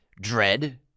Dread